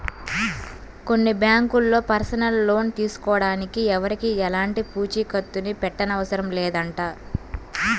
కొన్ని బ్యాంకుల్లో personal loan తీసుకోడానికి ఎవరికీ ఎలాంటి పూచీకత్తుని పెట్టనవసరం లేదంట